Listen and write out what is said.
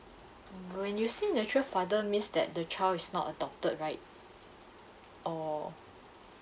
when you say natural father means that the child is not adopted right or